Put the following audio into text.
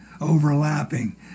overlapping